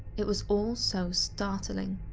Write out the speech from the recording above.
it was all so startling,